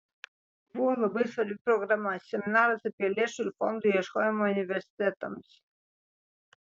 buvo labai svarbi programa seminaras apie lėšų ir fondų ieškojimą universitetams